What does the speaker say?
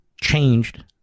changed